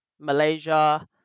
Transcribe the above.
Malaysia